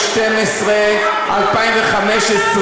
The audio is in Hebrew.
2012 2015,